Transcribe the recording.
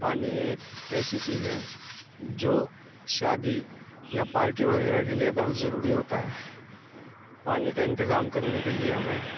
پانی ایک ایسی چیز ہے جو شادی یا پارٹی وغیرہ کے لیے بہت ضروری ہوتا ہے پانی کا انتظام کرنے کے لیے ہمیں